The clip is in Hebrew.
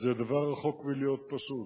זה דבר שרחוק מלהיות פשוט.